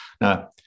Now